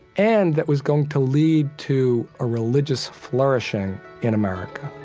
and that was going to lead to a religious flourishing in america